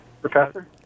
professor